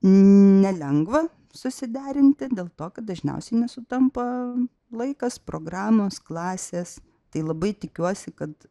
nelengva susiderinti dėl to kad dažniausiai nesutampa laikas programos klasės tai labai tikiuosi kad